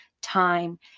time